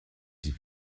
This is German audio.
die